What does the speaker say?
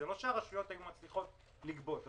זה לא שהרשויות היו מצליחות לגבות.